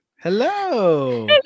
Hello